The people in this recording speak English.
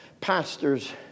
pastors